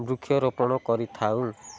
ବୃକ୍ଷରୋପଣ କରିଥାଉ